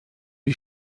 die